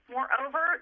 Moreover